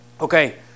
Okay